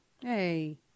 Hey